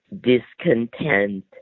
discontent